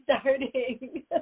starting